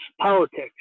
politics